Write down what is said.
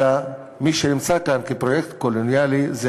אלא מי שנמצא כאן כפרויקט קולוניאלי זה